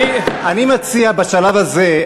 אני מציע בשלב הזה,